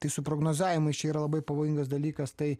tai su prognozavimu jis čia yra labai pavojingas dalykas tai